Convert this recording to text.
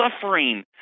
suffering